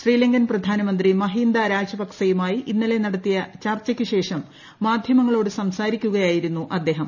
ശ്രീലങ്കൻ പ്രധാനമന്ത്രി മഹീന്ദ രാജപക്സെയുമായി ഇന്നലെ നടത്തിയ ചർച്ചയ്ക്കുശേഷം മാധ്യമങ്ങളോട് സംസാരിക്കുകയായിരുന്നു അദ്ദേഹം